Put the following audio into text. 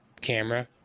camera